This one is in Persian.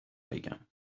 بگم